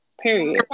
period